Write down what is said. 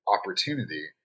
opportunity